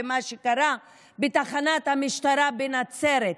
מה שקרה בתחנת המשטרה בנצרת.